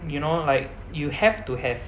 you know like you have to have